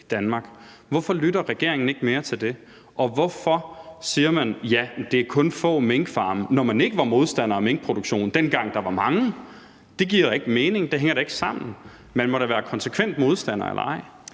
Hvorfor lytter regeringen ikke mere til det? Og hvorfor siger man, at det kun er få minkfarme, når man ikke var modstandere af minkproduktionen, dengang der var mange? Det giver da ikke mening, det hænger ikke sammen. Man må da enten være konsekvent modstander eller